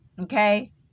okay